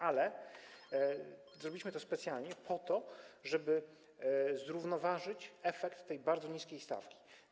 Ale zrobiliśmy to specjalnie po to, żeby zrównoważyć efekt tej bardzo niskiej stawki.